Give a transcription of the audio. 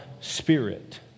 spirit